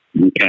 Okay